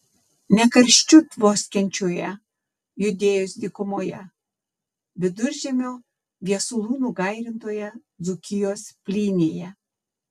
ne karščiu tvoskiančioje judėjos dykumoje viduržiemio viesulų nugairintoje dzūkijos plynėje